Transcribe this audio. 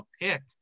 pick